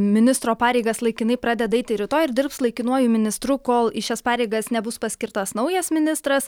ministro pareigas laikinai pradeda eiti rytoj ir dirbs laikinuoju ministru kol į šias pareigas nebus paskirtas naujas ministras